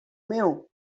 meu